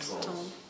stone